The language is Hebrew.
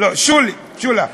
שולי, שולה.